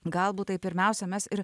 galbūt tai pirmiausia mes ir